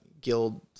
guild